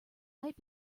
might